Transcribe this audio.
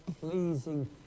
pleasing